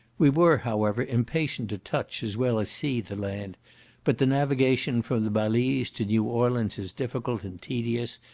we were, however, impatient to touch as well as see the land but the navigation from the balize to new orleans is difficult and tedious,